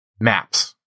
maps